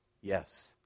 Yes